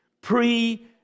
pre-